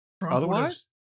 otherwise